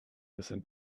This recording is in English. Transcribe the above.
listen